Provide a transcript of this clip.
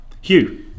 Hugh